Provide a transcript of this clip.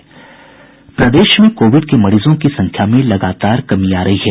प्रदेश में कोविड के मरीजों की संख्या में लगातार कमी आ रही है